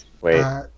Wait